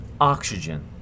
oxygen